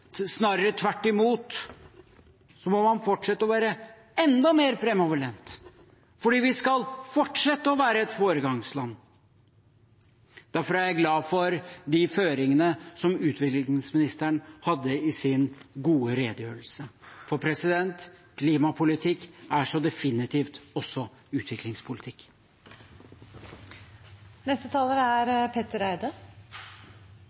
snarere tvert imot må man fortsette med å være enda mer framoverlent, for vi skal fortsette med å være et foregangsland. Derfor er jeg glad for de føringene som utviklingsministeren hadde i sin gode redegjørelse, for klimapolitikk er definitivt også